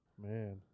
Man